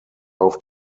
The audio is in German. auf